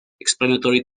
explanatory